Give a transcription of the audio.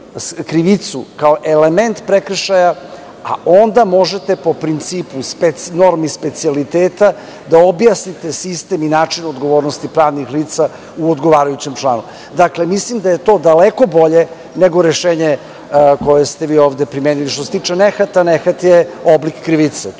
krivicu kao element prekršaja, a onda možete, po principu normi specijaliteta da objasnite sistem i način odgovornosti pravnih lica u odgovarajućem članu. Dakle, mislim da je to daleko bolje nego rešenje koje ste ovde primenili. Što se tiče nehata, nehat je oblik krivice